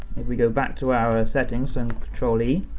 if we go back to our settings and ctrl e,